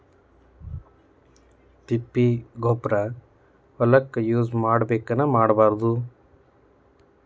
ತಿಪ್ಪಿಗೊಬ್ಬರ ಹೊಲಕ ಯೂಸ್ ಮಾಡಬೇಕೆನ್ ಮಾಡಬಾರದು?